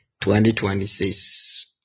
2026